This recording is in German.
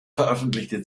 veröffentlichte